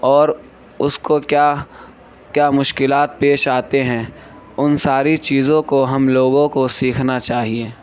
اور اس کو کیا کیا مشکلات پیش آتے ہیں ان ساری چیزوں کو ہم لوگوں کو سیکھنا چاہیے